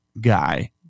guy